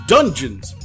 Dungeons